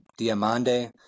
Diamande